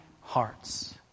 hearts